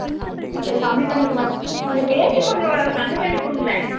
ஓ ஓ கொஞ்சம் கம்மி பண்ணிக்க மாட்ட கொஞ்சம் பேசி கொஞ்சம் கம்மி பண்ணி கொடுங்களேன்